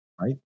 Right